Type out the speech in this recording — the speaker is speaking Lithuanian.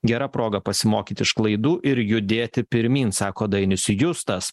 gera proga pasimokyt iš klaidų ir judėti pirmyn sako dainius justas